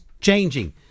changing